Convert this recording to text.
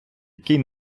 який